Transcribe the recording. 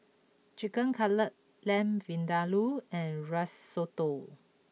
Chicken Cutlet Lamb Vindaloo and Risotto